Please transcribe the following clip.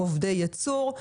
הם עובדי ייצור,